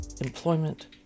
employment